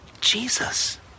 Jesus